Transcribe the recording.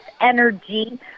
energy